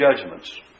judgments